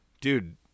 Dude